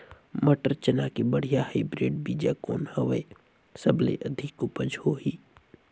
मटर, चना के बढ़िया हाईब्रिड बीजा कौन हवय? सबले अधिक उपज होही?